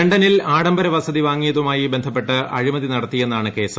ല നിൽ ആഡംബര വസതി വാങ്ങിയതുമായി ബന്ധപ്പെട്ട് അഴിമതി നടത്തിയെന്നാണ് കേസ്